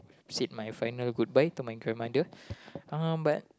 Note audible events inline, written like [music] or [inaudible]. said my final goodbye to my grandmother [breath] uh but